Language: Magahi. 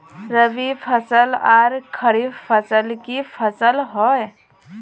रवि फसल आर खरीफ फसल की फसल होय?